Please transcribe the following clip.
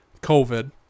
COVID